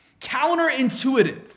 counterintuitive